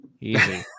Easy